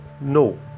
No